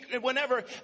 Whenever